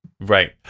right